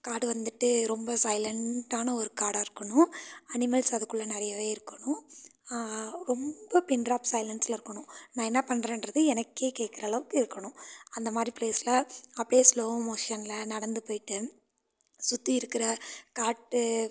காடு வந்துட்டு ரொம்ப சைலன்ட்டான ஒரு காடாக இருக்கணும் அனிமல்ஸ் அதுக்குள்ளே நிறையவே இருக்கணும் ரொம்ப பின்ட்ராப் சைலன்ஸ்ல இருக்கணும் நான் என்ன பண்ணுறேன்றது எனக்கே கேக்கிற அளவுக்கு இருக்கணும் அந்தமாதிரி ப்ளேஸ்ல அப்படியே ஸ்லோமோஷன்ல நடந்து போய்ட்டு சுற்றி இருக்கிற காட்டு